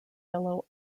yellow